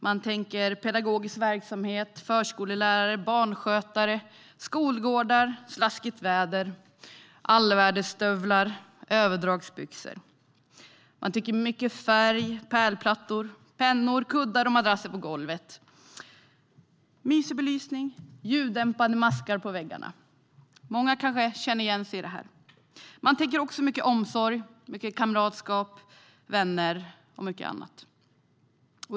Man tänker pedagogisk verksamhet, förskollärare, barnskötare, skolgårdar, slaskigt väder, allvädersstövlar och överdragsbyxor. Man tänker mycket färg, pärlplattor, pennor och kuddar och madrasser på golvet. Man tänker mysig belysning och ljuddämpande material på väggarna. Många kanske känner igen sig i detta. Man tänker också mycket omsorg, mycket kamratskap, vänner och mycket annat.